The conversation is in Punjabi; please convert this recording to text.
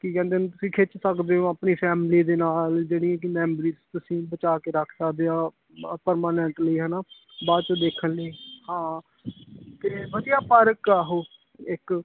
ਕੀ ਕਹਿੰਦੇ ਨੇ ਤੁਸੀਂ ਖਿੱਚ ਸਕਦੇ ਹੋ ਆਪਣੀ ਫੈਮਲੀ ਦੇ ਨਾਲ ਜਿਹੜੀ ਕਿ ਮੈਮਰੀਜ਼ ਬਚਾਅ ਕੇ ਤੁਸੀਂ ਰੱਖ ਸਕਦੇ ਹੋ ਪਰਮਾਨੈਂਟਲੀ ਹੈ ਨਾ ਬਾਅਦ 'ਚੋਂ ਦੇਖਣ ਲਈ ਹਾਂ ਤਾਂ ਵਧੀਆ ਪਾਰਕ ਆ ਉਹ ਇੱਕ